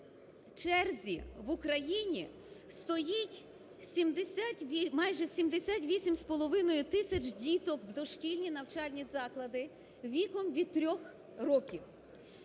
черзі в Україні стоїть майже 78,5 тисяч діток в дошкільні навчальні заклади віком від 3 років.